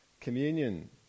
communion